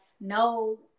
no